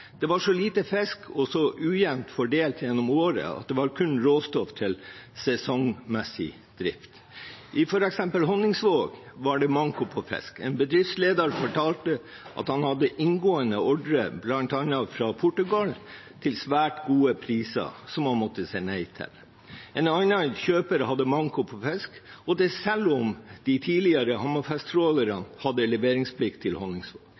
Det var så lite fisk og så ujevnt fordelt gjennom året at det kun var råstoff til sesongmessig drift. I f.eks. Honningsvåg var det manko på fisk. En bedriftsleder fortalte at han hadde inngående ordrer, bl.a. fra Portugal, til svært gode priser, som han måtte si nei til. En annen kjøper hadde manko på fisk, og det selv om de tidligere Hammerfest-trålerne hadde leveringsplikt til Honningsvåg.